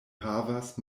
havas